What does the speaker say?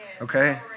okay